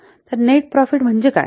तर net profit म्हणजे काय